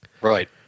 Right